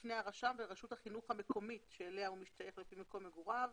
בפניה רשם ברשות החינוך המקומית אליה הוא משתייך לפי מקום מגוריו.